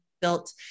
built